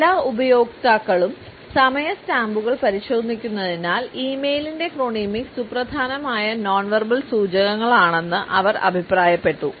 എല്ലാ ഉപയോക്താക്കളും സമയ സ്റ്റാമ്പുകൾ പരിശോധിക്കുന്നതിനാൽ ഇ മെയിലിന്റെ ക്രോണമിക്സ് സുപ്രധാനമായ നോൺ വെർബൽ സൂചകങ്ങളാണെന്ന് അവർ അഭിപ്രായപ്പെട്ടു